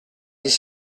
dix